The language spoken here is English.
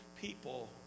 people